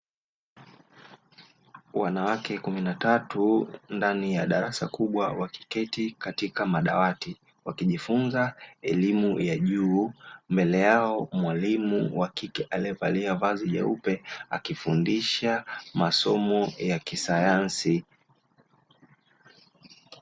Wanawake kumi na tatu ndani ya darasa kubwa wakiketi katika madawati wakijifunza elimu ya juu, mbele yao mwalimu wa kike aliyevalia vazi jeupe akifundisha masomo ya kisayansi.